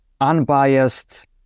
unbiased